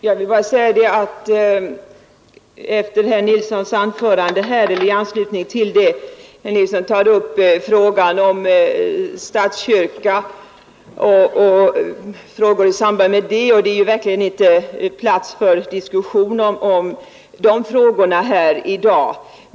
Herr talman! Herr Nilsson i Agnäs talar om frågor som rör kyrka—stat-förhållandet. Det är verkligen inte plats för diskussion om de frågorna här i dag.